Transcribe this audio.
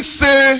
say